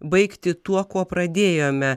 baigti tuo kuo pradėjome